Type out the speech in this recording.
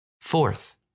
Fourth